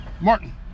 Martin